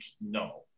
No